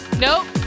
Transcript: Nope